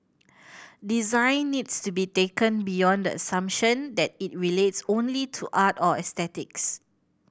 design needs to be taken beyond the assumption that it relates only to art or aesthetics